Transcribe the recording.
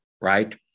Right